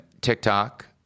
TikTok